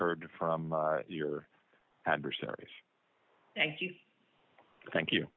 heard from your adversaries thank you thank you